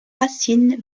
racines